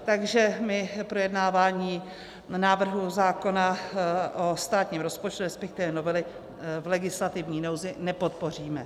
Takže my projednávání návrhu zákona o státním rozpočtu, respektive novely v legislativní nouzi, nepodpoříme.